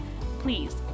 Please